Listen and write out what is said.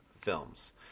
films